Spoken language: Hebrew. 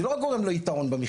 זה לא רק גורם לו יתרון במכרז,